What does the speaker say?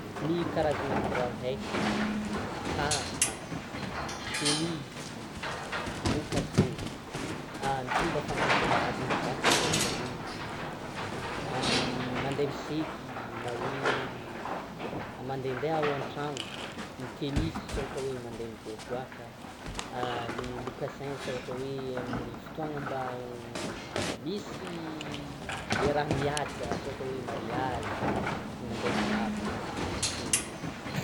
Ny karazana kiraro haiky, kapa, tennis, mocassin, ny fomba fampiasa azy ny kapa asa ohatra hoe mandeha miseky na hoe mandendeha ao an-trano; ny tennis asa ohatra mandeha mivoaboaka, ny mocassin asa ohatra hoe amin'ny fotoana mba misy le raha mihaja, asa ohatra hoe: mariage, mandeha mivavaka sy ny namany.